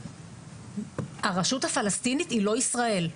הרשות הפלסטינית היא לא ישראל.